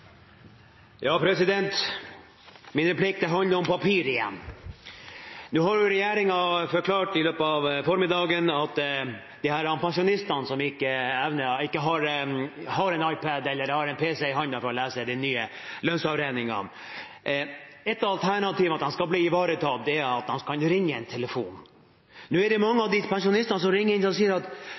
Min replikk handler igjen om papir. Nå har regjeringen i løpet av formiddagen forklart at et alternativ for å ivareta pensjonistene som ikke har en iPad eller har en pc for hånden for å lese de nye lønnsavregningene, er at de kan ringe en telefon. Nå er det mange av de pensjonistene som ringer inn, som sier at